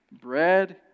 Bread